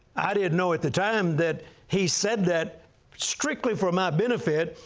i didn't know at the time that he said that strictly for my benefit,